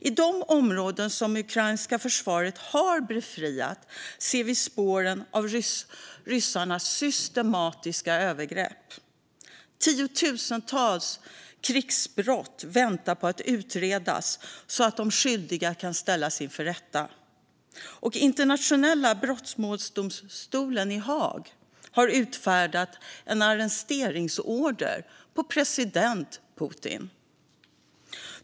I de områden som det ukrainska försvaret har befriat ser vi spåren av ryssarnas systematiska övergrepp. Tiotusentals krigsbrott väntar på att utredas så att de skyldiga kan ställas inför rätta, och Internationella brottmålsdomstolen i Haag har utfärdat en arresteringsorder mot president Putin.